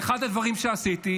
ואחד הדברים שעשיתי,